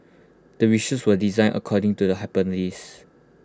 the research was designed according to the